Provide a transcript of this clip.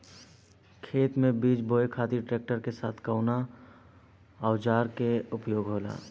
खेत में बीज बोए खातिर ट्रैक्टर के साथ कउना औजार क उपयोग होला?